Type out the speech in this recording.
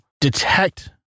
detect